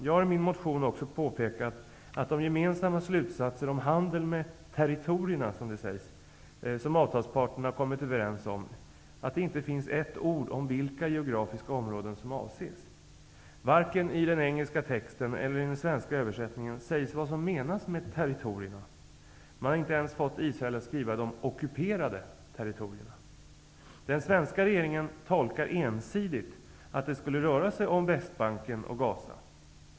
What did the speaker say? Jag har i min motion också påpekat att de gemensamma slutsatser om handel med territorierna, som det sägs, som avtalsparterna har kommit överens om, inte finns ett ord om vilka geografiska områden som avses. Varken i den engelska texten eller i den svenska översättningen sägs vad som menas med territorierna. Man har inte ens fått Israel att skriva de ockuperade territorierna. Den svenska regeringen tolkar ensidigt att det skulle röra sig om Västbanken och Gaza.